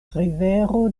rivero